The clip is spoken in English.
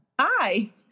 Hi